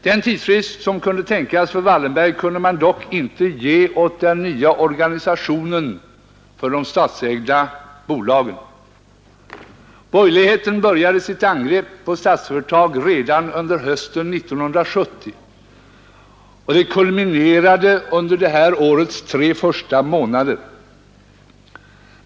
Den tidsfrist som kunde tänkas för Wallenberg kunde man dock inte ge åt den nya organisationen för de statsägda bolagen. Borgerligheten började sitt angrepp på Statsföretag redan under hösten 1970, och det kulminerade under det här årets tre första månader.